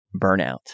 burnout